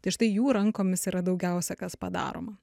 tai štai jų rankomis yra daugiausia kas padaroma